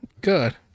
Good